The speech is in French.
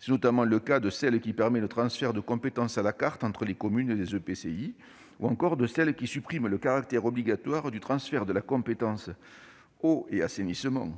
C'est notamment le cas de celle qui permet le transfert de compétences à la carte entre les communes et les EPCI, ou encore de celle qui supprime le caractère obligatoire du transfert de la compétence « eau et assainissement